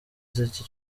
z’iki